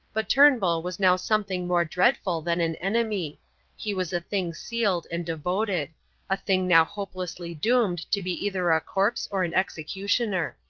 but turnbull was now something more dreadful than an enemy he was a thing sealed and devoted a thing now hopelessly doomed to be either a corpse or an executioner.